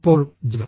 ഇപ്പോൾ ജി